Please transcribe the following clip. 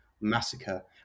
Massacre